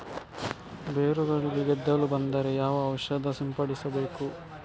ಬೇರುಗಳಿಗೆ ಗೆದ್ದಲು ಬಂದರೆ ಯಾವ ಔಷಧ ಸಿಂಪಡಿಸಬೇಕು?